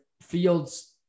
Fields